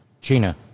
Gina